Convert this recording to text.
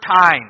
time